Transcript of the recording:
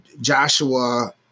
Joshua